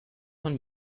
von